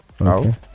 Okay